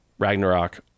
Ragnarok